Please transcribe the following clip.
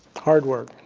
hard work.